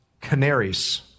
canaries